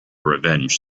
revenge